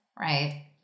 Right